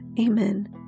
Amen